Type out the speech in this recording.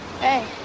hey